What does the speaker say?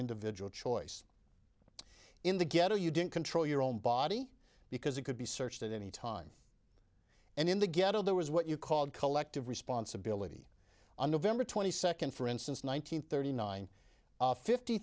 individual choice in the ghetto you didn't control your own body because it could be searched at any time and in the ghetto there was what you called collective responsibility on november twenty second for instance one nine hundred thirty nine fifty